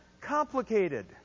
complicated